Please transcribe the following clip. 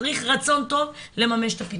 צריך רצון טוב כדי לממש את הרצונות.